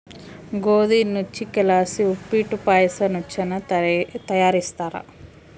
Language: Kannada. ಗೋದಿ ನುಚ್ಚಕ್ಕಿಲಾಸಿ ಉಪ್ಪಿಟ್ಟು ಪಾಯಸ ನುಚ್ಚನ್ನ ತಯಾರಿಸ್ತಾರ